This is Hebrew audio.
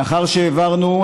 לאחר שהעברנו,